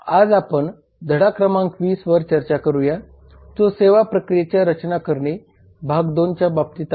आज आपण धडा क्रमांक 20 वर चर्चा करूया जो सेवा प्रक्रियाची रचना करणे भाग 2 च्या बाबतीत आहे